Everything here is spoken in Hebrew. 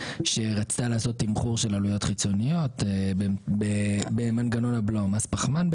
שרצתה לעשות תמחור של עלויות חיצוניות במנגנון הבלו מס פחמן,